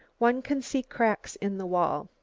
one can see cracks in the wall.